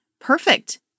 perfect